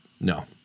no